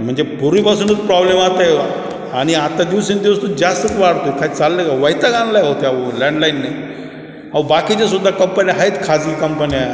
म्हणजे पूर्वीपासूनच प्रॉब्लेम आता आणि आता दिवसेंदिवस तर जास्तच वाढतो आहे काय चाललं आहे का वैताग आणला आहे अहो त्या लँडलाईनने अहो बाकीचे सुद्धा कंपन्या आहेत खाजगी कंपन्या